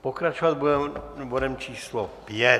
Pokračovat budeme bodem číslo 5.